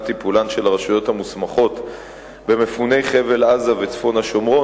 טיפולן של הרשויות המוסמכות במפוני חבל-עזה וצפון השומרון,